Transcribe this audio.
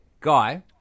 Guy